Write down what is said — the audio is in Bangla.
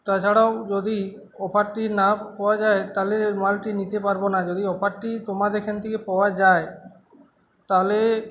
তাছাড়াও যদি অফারটি না পাওয়া যায় তাহলে মালটি নিতে পারবো না যদি অফারটি তোমাদের এখান থেকে পাওয়া যায় তাহলে